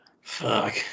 Fuck